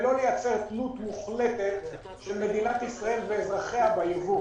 ולא לייצר תלות מוחלטת של מדינת ישראל ואזרחיה בייבוא,